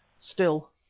still,